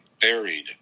buried